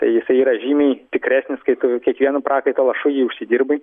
tai jisai yra žymiai tikresnis kai tu kiekvienu prakaito lašu jį užsidirbai